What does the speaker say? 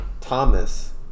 Thomas